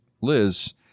Liz